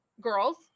girls